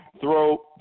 throw